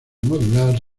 modular